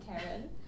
Karen